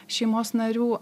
šeimos narių